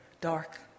dark